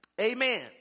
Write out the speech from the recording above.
Amen